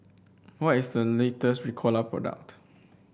what is the latest Ricola product